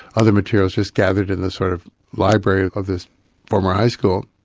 other material is just gathered in the sort of library of this former high school,